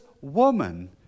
woman